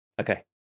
Okay